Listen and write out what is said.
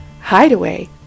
hideaway